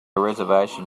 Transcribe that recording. reservation